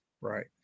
right